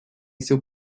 seu